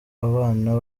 abana